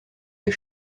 des